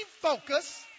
focus